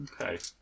Okay